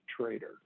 trader